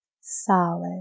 solid